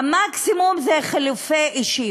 המקסימום זה חילופי אישים.